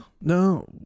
No